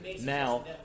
now